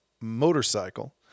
motorcycle